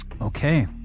Okay